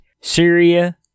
syria